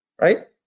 Right